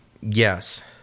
Yes